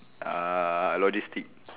uh logistics